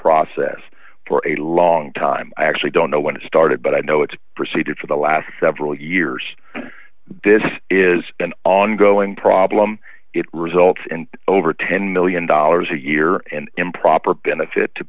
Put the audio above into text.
process for a long time i actually don't know when it started but i know it's proceeded for the last several years this is an ongoing problem it results in over ten million dollars a year and improper benefit to